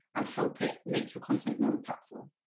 and help it make your content more impactful.